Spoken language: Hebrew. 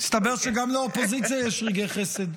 מסתבר שגם לאופוזיציה יש רגעי חסד.